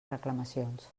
reclamacions